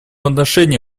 отношении